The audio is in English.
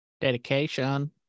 Dedication